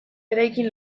eraikin